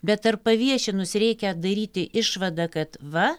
bet ar paviešinus reikia daryti išvadą kad va